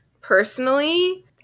personally